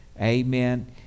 Amen